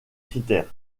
critères